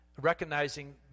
recognizing